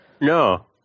No